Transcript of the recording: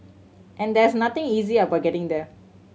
and there's nothing easy about getting there